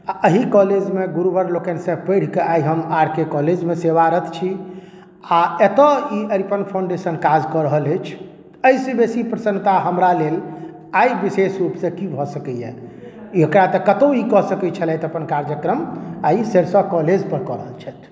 आ एहि कॉलेजमे गुरुवर लोकनि से पढ़िके आइ हम आर के कॉलेजमे सेवारत छी आ एतऽ ई अरिपन फाउण्डेशन काज कऽ रहल अछि एहि से बेसी प्रसन्नता हमरा लेल आइ विशेष रूप से की भऽ सकैया एकरा तऽ ई कतहुँ ई कऽ सकैत छलथि अपन ई कार्यक्रम आ ई सरीसव कॉलेज पर कऽ रहल छथि